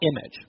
image